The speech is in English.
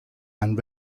and